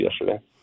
yesterday